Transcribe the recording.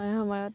সেই সময়ত